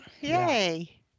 Yay